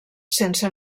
sense